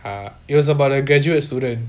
uh it was about a graduate student